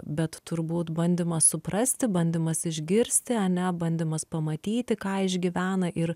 bet turbūt bandymas suprasti bandymas išgirsti ane bandymas pamatyti ką išgyvena ir